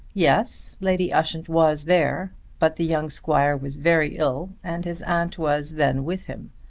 yes, lady ushant was there but the young squire was very ill and his aunt was then with him.